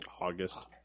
August